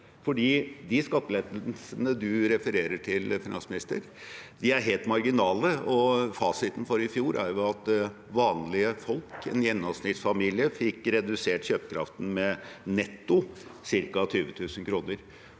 finansministeren refererer til, er helt marginale. Fasiten for i fjor er at vanlige folk, en gjennomsnittsfamilie, fikk redusert kjøpekraften med netto ca. 20 000 kr.